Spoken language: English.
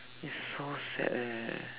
it's so sad leh